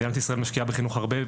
מדינת ישראל משקיעה בחינוך הרבה,